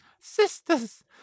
sisters